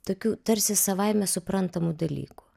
tokiu tarsi savaime suprantamu dalyku